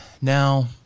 Now